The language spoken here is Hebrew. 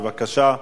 בבקשה.